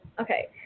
Okay